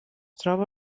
troba